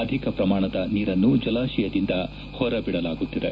ಅಧಿಕ ಪ್ರಮಾಣದ ನೀರನ್ನು ಜಲಾಶಯದಿಂದ ಹೊರ ಬಿಡಲಾಗುತ್ತಿದೆ